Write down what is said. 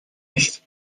nicht